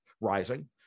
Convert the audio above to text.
rising